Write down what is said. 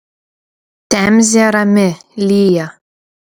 temzė rami lyja